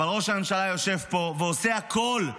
אבל ראש הממשלה יושב פה ועושה הכול,